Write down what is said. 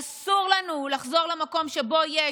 אסור לנו לחזור למקום שבו יש